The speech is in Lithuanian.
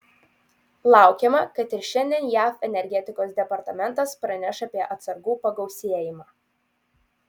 laukiama kad ir šiandien jav energetikos departamentas praneš apie atsargų pagausėjimą